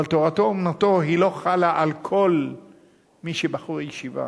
אבל "תורתו אומנותו" לא חלה על כל מי שהוא בחור ישיבה.